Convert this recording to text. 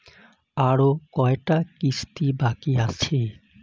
আরো কয়টা কিস্তি বাকি আছে?